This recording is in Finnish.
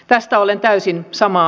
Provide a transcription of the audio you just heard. tästä olen täysin sama